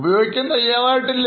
ഉപയോഗിക്കാൻ തയ്യാറായിട്ടില്ല